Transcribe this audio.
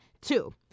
Two